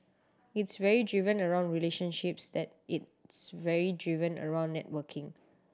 it's very driven around relationships that it's very driven around networking